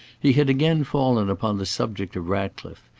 he had again fallen upon the subject of ratcliffe,